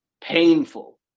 painful